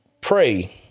pray